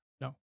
No